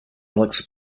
alex